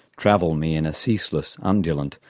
travel me in a ceaseless, undulant,